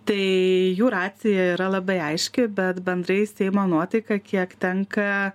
tai jų racija yra labai aiški bet bendrai seimo nuotaika kiek tenka